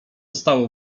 stało